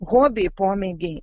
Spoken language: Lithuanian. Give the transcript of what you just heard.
hobiai pomėgiai